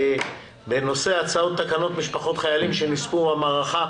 בנושא הצעות תקנות משפחות חיילים שנספו במערכה.